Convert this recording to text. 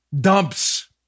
dumps